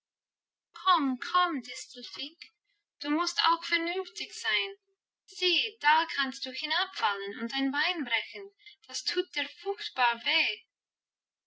du musst auch vernünftig sein sieh da kannst du hinabfallen und ein bein brechen das tut dir furchtbar weh